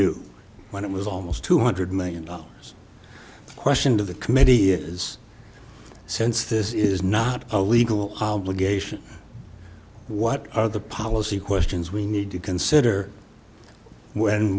do when it was almost two hundred million dollars question to the committee is since this is not a legal obligation what are the policy questions we need to consider when